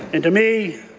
and to me,